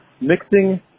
mixing